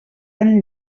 fan